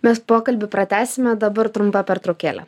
mes pokalbį pratęsime dabar trumpa pertraukėlė